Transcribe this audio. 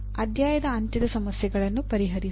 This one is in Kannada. ಅಧ್ಯಾಯದ ಅಂತ್ಯದ ಸಮಸ್ಯೆಗಳನ್ನು ಪರಿಹರಿಸಿ